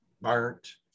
burnt